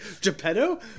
Geppetto